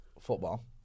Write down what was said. football